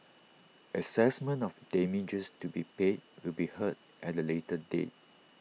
Assessment of damages to be paid will be heard at A later date